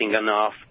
enough